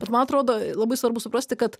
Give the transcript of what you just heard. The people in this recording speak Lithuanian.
bet man atrodo labai svarbu suprasti kad